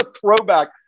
throwback